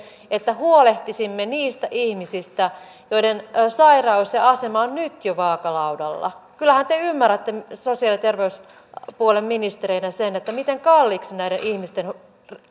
että huolehtisimme niistä ihmisistä joiden sairaus ja ja asema on nyt jo vaakalaudalla kyllähän te ymmärrätte sosiaali ja terveyspuolen ministereinä sen miten kalliiksi näiden ihmisten